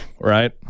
Right